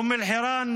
אום אל-חיראן,